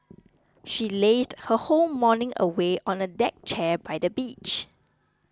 she lazed her whole morning away on a deck chair by the beach